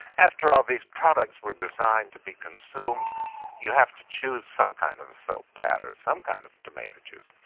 after all, these products were designed to be consumed you have to choose some kind of a soap pad or some kind of tomato juice,